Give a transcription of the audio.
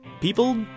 people